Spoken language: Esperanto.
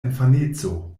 infaneco